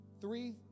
Three